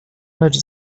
lecz